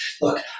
look